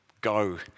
Go